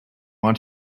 want